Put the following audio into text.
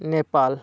Nepal